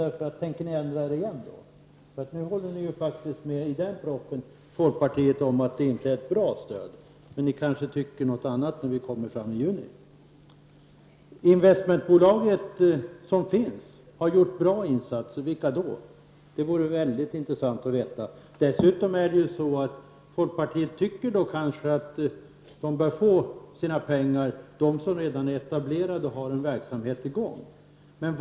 Tänker ni ändra er igen? Ni håller ju med folkpartiet om att det inte är ett bra stöd. Men ni kanske tycker något annat när vi har kommit fram till juni. De investmentbolag som finns har gjort stora insatser, säger ni. Vilka då? Det vore mycket intressant att få veta. Dessutom tycker folkpartiet att de som redan är etablerade och har en verksamhet i gång bör få pengar.